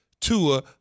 Tua